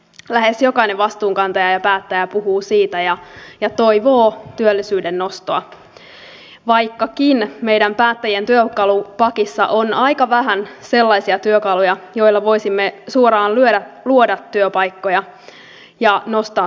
lähes jokainen vastuunkantaja ja päättäjä puhuu siitä ja toivoo työllisyyden nostoa vaikkakin meidän päättäjien työkalupakissa on aika vähän sellaisia työkaluja joilla voisimme suoraan luoda työpaikkoja ja nostaa työllisyyttä